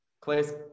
Clay's